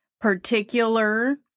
particular